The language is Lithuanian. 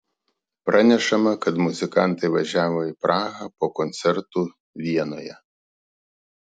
pranešama kad muzikantai važiavo į prahą po koncertų vienoje